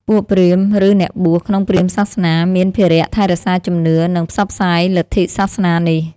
ពួកព្រាហ្មណ៍ ឬអ្នកបួសក្នុងព្រាហ្មណ៍សាសនា មានភារៈថែរក្សាជំនឿ និងផ្សព្វផ្សាយលទ្ធិសាសនានេះ។